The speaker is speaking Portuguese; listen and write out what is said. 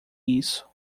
isso